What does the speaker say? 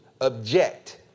object